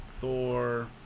Thor